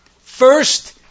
First